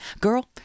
Girl